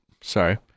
Sorry